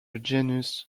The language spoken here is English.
genus